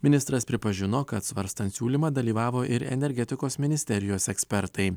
ministras pripažino kad svarstant siūlymą dalyvavo ir energetikos ministerijos ekspertai